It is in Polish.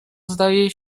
zdaje